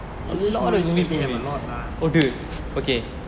english movies maybe have a lot lah okay